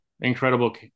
Incredible